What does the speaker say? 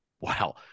wow